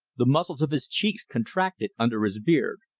the muscles of his cheeks contracted under his beard.